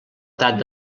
edat